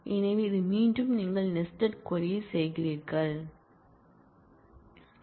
எனவே இது மீண்டும் நீங்கள் நெஸ்டட் க்வரி